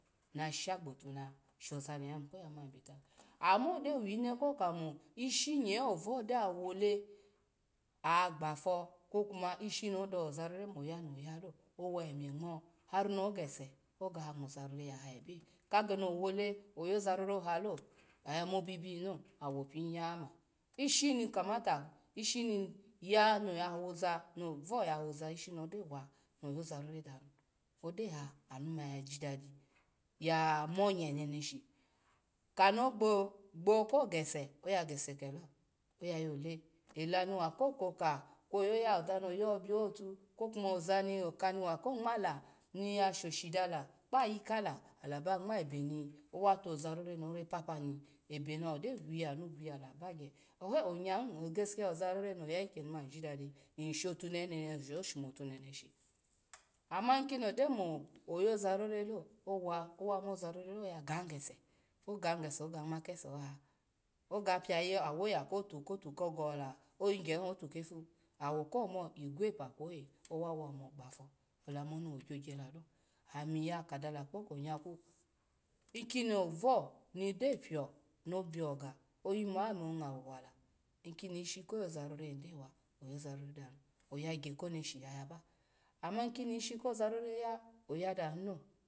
Na shogbotu na shoza ni ya yimu ko ya mani bita, amo gyo wine ko kamo ishi nye ovu gyo ya wole, agbofu ko ku ma ishi no dozarora moya noya lo wa anw ngma hari n gese ga ngwo zarora ya ha a bia, ka geni owole oyoza rora oha lo, oya mobibihi lo awopiya ishim kamata ishimya no ya hoza novu yahozu ishini no do wa no yo za rora danu no gyo hanu ma ya jidadi. Ya monye neneshi kano gbo gbo ko gose oya kese kelo, oya yo le ele ni wa kokoka kwo yoya oza no yo biatu kwo kuma oka ni wa ko ngmala ni ya shoshi dala kpa yi kala ebe ni owa tozarova nora papani ebeni ogyo gwuye anu gwuye ala bagya eh-onyehi gesikiya ozarora noya ikyemani nyoidadi nyshotuneheni ozaroroho shomutuneneshi, ama ikono gyo mo oyozarora lo owa, owa mozarora lo oya gahi gese, ogahi gese oga ma ke se oha, oga piayi owoya kotu kotu ko goho la, ohigya hin otu kefu, owo ko mo igwope kwo oye owa wa omo gba fu olamum wo gyo gyo lalo. Ami ya ka dala kpoko nyaku, ikini ovu ni gyo pio no bia ga oyimu ho ome no ngwo wa la ikuni ishi ko yoza rora danu oyoza rora hi danu, oyagya koneneshi yayaba ama kinishi kozarora ya oya danu lo